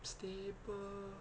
stable